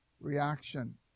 reaction